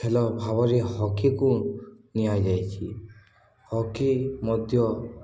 ଖେଳ ଭାବରେ ହକିକୁ ନିଆଯାଇଛି ହକି ମଧ୍ୟ